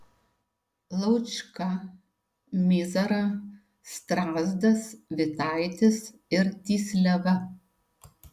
laučka mizara strazdas vitaitis ir tysliava